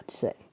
say